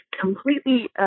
completely